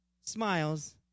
smiles